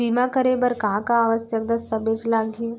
बीमा करे बर का का आवश्यक दस्तावेज लागही